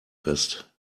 fest